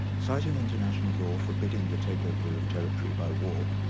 citing international law forbidding the takeover of territory by war,